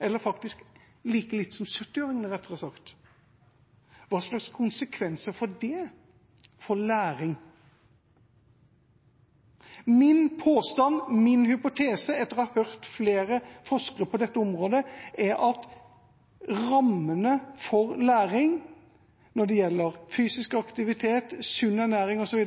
eller rettere sagt like lite som 70-åringene. Hvilke konsekvenser får det for læring? Min påstand og min hypotese, etter å ha hørt flere forskere på dette området, er at rammene for læring når det gjelder fysisk aktivitet, sunn ernæring, osv.,